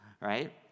right